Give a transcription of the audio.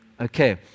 Okay